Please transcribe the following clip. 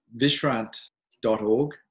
vishrant.org